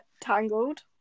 Tangled